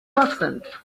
merchant